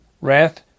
wrath